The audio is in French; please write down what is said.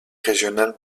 régional